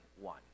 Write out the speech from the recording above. one